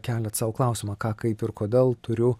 keliat sau klausimą ką kaip ir kodėl turiu